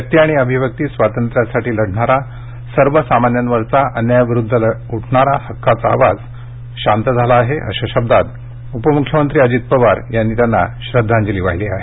व्यक्ती आणि अभिव्यक्ती स्वातंत्र्यासाठी लढणारा सर्वसामान्यांवरच्या अन्यायाविरुद्ध उठणारा हक्काचा आवाज आज शांत झाला आहे अशा शब्दात उपमुख्यमंत्री अजित पवार यांनी त्यांना श्रद्धांजली वाहिली आहे